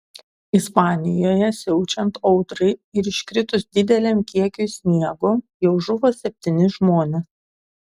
ispanijoje siaučiant audrai ir iškritus dideliam kiekiui sniego jau žuvo septyni žmonės